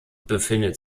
befindet